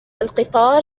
القطار